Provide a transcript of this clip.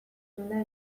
nola